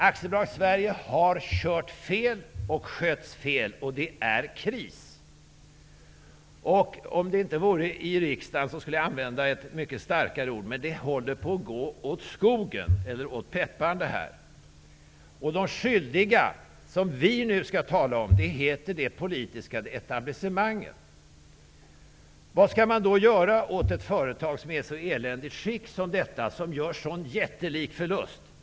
AB Sverige har kört fel och sköts fel, och det är kris. Om jag inte vore i riksdagen skulle jag använda ett mycket starkare ord, men det här håller på att gå åt skogen eller åt pepparn. Och de skyldiga, som vi nu skall tala om, heter Det politiska etablissemanget. Vad skall man då göra åt ett företag som är i så eländigt skick som detta och som gör en sådan jättelik förlust?